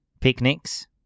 Picnics